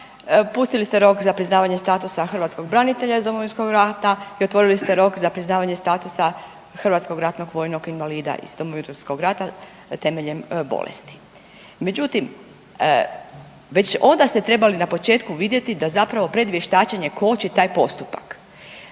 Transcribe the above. Pustili ste rok za priznavanje statusa hrvatskog branitelja iz Domovinskog rata i otvorili ste rok za priznavanje statusa hrvatskog ratnog vojnog rata iz Domovinskog rata temeljem bolesti. Međutim, već onda ste trebali na početku vidjeti da zapravo predvještačenje koči taj postupak.